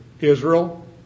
Israel